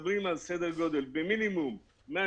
במינימום מדברים על סדר גודל גירעון של